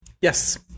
Yes